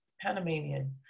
panamanian